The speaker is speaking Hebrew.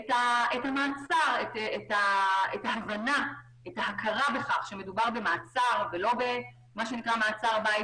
את ההבנה וההכרה שמדובר במעצר ולא מה שנקרא מעצר בית,